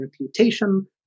reputation